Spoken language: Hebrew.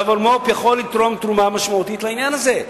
והמולמו"פ יכולה לתרום תרומה משמעותית לעניין הזה.